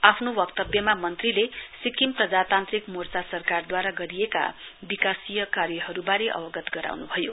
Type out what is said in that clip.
आफ्नो वक्तव्यमा मन्त्रीले सिक्किम प्रजातान्त्रिक मोर्चा सरकारद्वारा गरिएका विकासीय कार्यहरुवारे अवगत गराउन्भयो